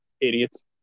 idiots